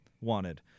wanted